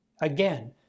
again